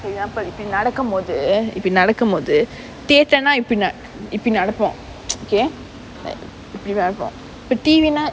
for example இப்படி நடக்கும் போது இப்படி நடக்கும் போது:ippadi nadakkum pothu ippadi nadakkum pothu theatre நா இப்படின்னா இப்டி நடக்கும்:naa ippadinaa ipdi nadakkum okay like இப்படி நடக்கும் இப்ப:ippadi nadakkum ippa T_V lah